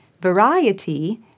Variety